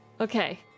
Okay